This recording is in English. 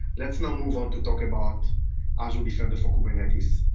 let's now move on to talk about azure defender for kubernetes.